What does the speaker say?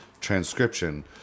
Transcription